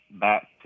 back